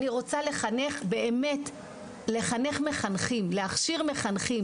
אני רוצה לחנך מחנכים, להכשיר מחנכים.